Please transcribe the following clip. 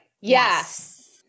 Yes